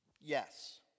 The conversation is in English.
Yes